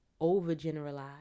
overgeneralize